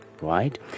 right